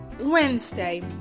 Wednesday